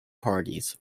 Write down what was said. parties